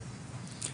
בשמחה רבה.